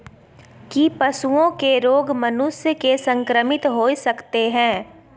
की पशुओं के रोग मनुष्य के संक्रमित होय सकते है?